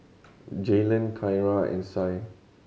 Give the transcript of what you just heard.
Jaylen Kyara and Sie